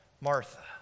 Martha